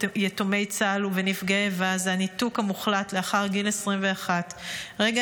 יתומי צה"ל ובנפגעי האיבה זה הניתוק המוחלט לאחר גיל 21. רגע